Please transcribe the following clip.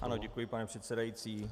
Ano, děkuji, pane předsedající.